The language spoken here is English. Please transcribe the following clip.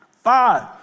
Five